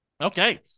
okay